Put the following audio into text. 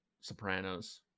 Sopranos